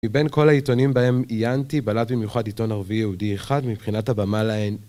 מבין כל העיתונים בהם עיינתי, בלת במיוחד עיתון ערבי יהודי אחד מבחינת הבמה להן.